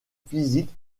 physiques